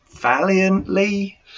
valiantly